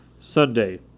Sunday